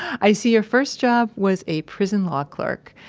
i see your first job was a prison law clerk.